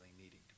needing